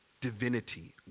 divinity